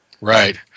Right